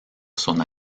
son